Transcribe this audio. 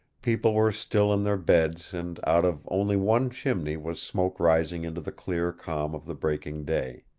people were still in their beds and out of only one chimney was smoke rising into the clear calm of the breaking day.